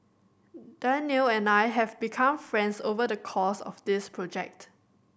Danial and I have become friends over the course of this project